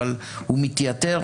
אבל הוא מתייתר,